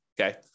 Okay